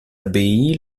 abbaye